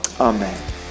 Amen